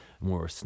more